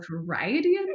variety